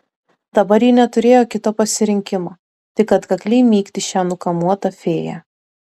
dabar ji neturėjo kito pasirinkimo tik atkakliai mygti šią nukamuotą fėją